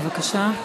בבקשה.